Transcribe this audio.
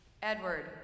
Edward